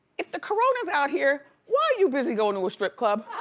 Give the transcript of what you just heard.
if the corona's out here, why are you busy going to a strip club?